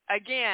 Again